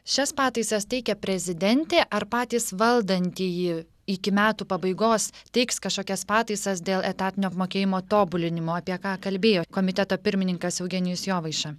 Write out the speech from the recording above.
šias pataisas teikia prezidentė ar patys valdantieji iki metų pabaigos teiks kažkokias pataisas dėl etatinio apmokėjimo tobulinimo apie ką kalbėjo komiteto pirmininkas eugenijus jovaiša